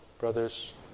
Brothers